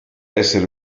essere